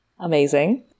Amazing